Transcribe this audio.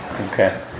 Okay